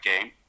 game